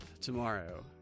tomorrow